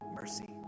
mercy